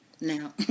Now